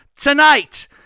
tonight